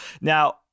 Now